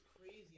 crazy